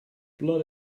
blood